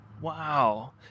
Wow